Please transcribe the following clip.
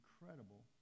incredible